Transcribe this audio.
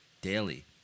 daily